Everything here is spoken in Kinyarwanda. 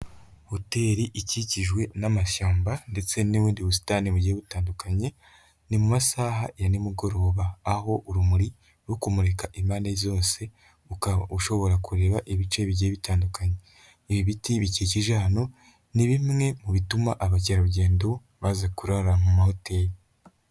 Hoteli ikikijwe n'amashyamba ndetse n'ubundi busitani bugiye butandukanye, ni mu masaha ya nimugoroba, aho urumuri ruri kumurika impande zose, ukaba ushobora kureba ibice bigiye bitandukanye, ibi biti bikikije hano, ni bimwe mu bituma abakerarugendo baza kurara mu mahoteli.